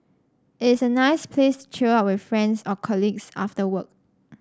it's a nice place to chill out with friends or colleagues after work